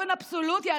באופן אבסולוטי.